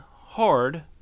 hard